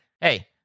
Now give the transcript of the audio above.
hey